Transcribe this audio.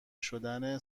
شدن